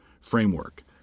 framework